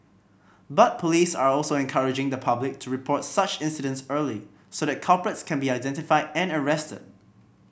but police are also encouraging the public to report such incidents early so that culprits can be identified and arrested